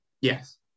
yes